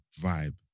vibe